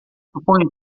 suponho